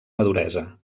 maduresa